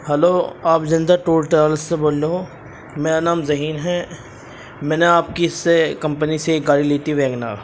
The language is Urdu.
ہلو آپ جنتا ٹور ٹراولس سے بول رہے ہو میرا نام ذہین ہے میں نے آپ کی اس سے کمپنی سے ایک گاڑی لی تھی ویگن آر